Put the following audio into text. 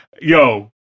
Yo